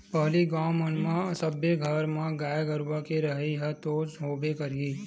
पहिली गाँव मन म सब्बे घर म गाय गरुवा के रहइ ह तो होबे करही